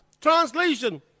Translation